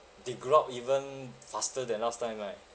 they grow up even faster than last time right